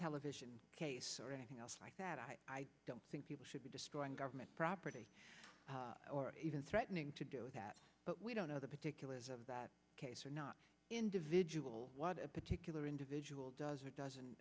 television case or anything else like that i don't think people should be destroying government property or even threatening to do that but we don't know the particulars of that case or not individual what a particular individual does or does